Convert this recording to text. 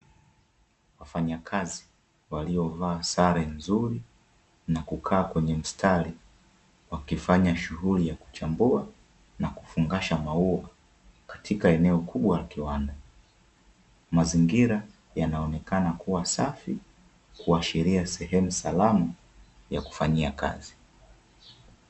Wafanyakazi waliovaa sare nzuri na kukaa kwenye mstari, wakifanya shughuli ya kuchambua na kufungasha maua, katika eneo kubwa la kiwanda; mazingira yanaonekana kuwa safi kuashiria sehemu salama ya kufanyia kazi.